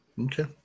okay